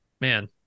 man